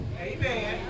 Amen